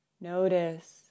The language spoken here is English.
Notice